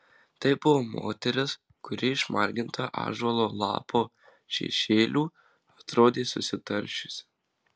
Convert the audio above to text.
tai buvo moteris kuri išmarginta ąžuolo lapo šešėlių atrodė susitaršiusi